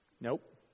Nope